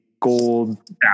gold